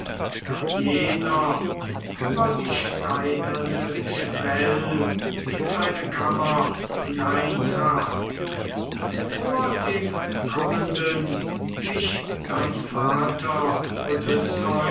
über die steinerne schwell in seine kammer hineintrat vor dem kommenden wich sein vater